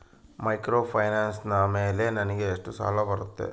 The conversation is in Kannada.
ಮೈಕ್ರೋಫೈನಾನ್ಸ್ ಮೇಲೆ ನನಗೆ ಎಷ್ಟು ಸಾಲ ಬರುತ್ತೆ?